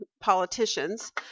politicians